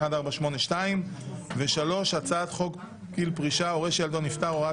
מ/1481 הצעת חוק שירות ביטחון (תיקון מס' 7 והוראת